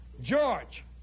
George